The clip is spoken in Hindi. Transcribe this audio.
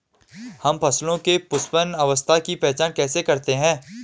हम फसलों में पुष्पन अवस्था की पहचान कैसे करते हैं?